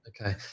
Okay